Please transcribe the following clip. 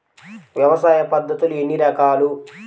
వ్యవసాయ పద్ధతులు ఎన్ని రకాలు?